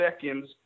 seconds